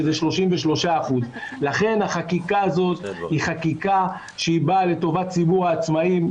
שזה 33%. לכן החקיקה הזאת היא חקיקה שבאה לטובת ציבור העצמאים,